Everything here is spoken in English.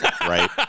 right